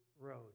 road